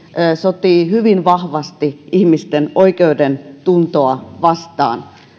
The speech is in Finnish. sotii hyvin vahvasti ihmisten oikeudentuntoa vastaan